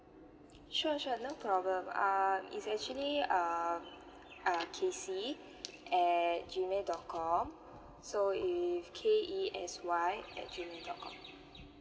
sure sure no problem uh it's actually uh uh kesy at G mail dot com so it's K E S Y at G mail dot com